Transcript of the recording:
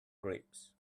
grapes